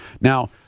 Now